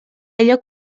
allò